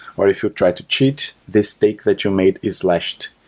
or if you try to cheat, the stake that you made is lashed.